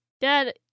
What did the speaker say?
Dad